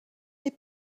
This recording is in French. des